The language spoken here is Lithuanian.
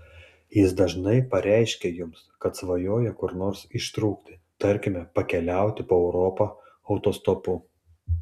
jis dažnai pareiškia jums kad svajoja kur nors ištrūkti tarkime pakeliauti po europą autostopu